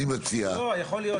אני מציע --- לא, יכול להיות.